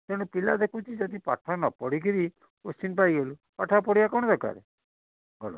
କାରଣ ପିଲା ଦେଖୁଛି ଯଦି ପାଠ ନ ପଢ଼ି କରି ସେ ପାଠ ନ ପଢିକି କୋଶ୍ଚିନ୍ ପାଇଗଲେ ପାଠ ଆଉ ପଢ଼ିବା କ'ଣ ଦରକାର ଗଲା